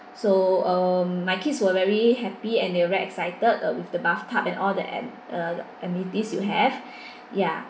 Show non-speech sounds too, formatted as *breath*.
so um my kids were very happy and they're excited with the bath tub and all that uh amenities you have *breath* ya